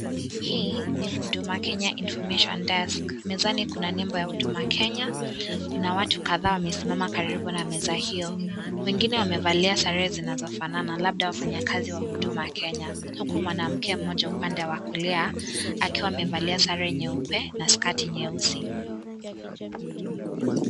Hii ni huduma Kenya information desk mezani kuna nembo ya huduma kenya, kuna watu kadhaa wamesimama karibu na meza hio . Wengine wamevalia sare zinazofanana labda wafanyakazi wa huduma kenya huku mwanamke mmoja upande wa kulia akiwa amevalia sare nyeupe na skati nyeusi.